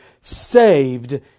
saved